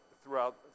throughout